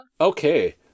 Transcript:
Okay